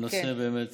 הנושא באמת